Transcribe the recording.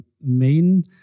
main